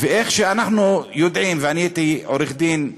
וכמו שאנחנו יודעים, ואני הייתי עורך-דין,